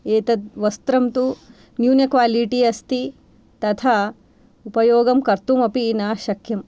एतद् वस्त्रं तु न्यूनक्वालिटी अस्ति तथा उपयोगम् कर्तुमपि न शक्यं